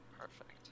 Perfect